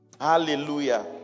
Hallelujah